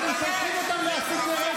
אתם שולחים אותם להסית לרצח?